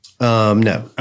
No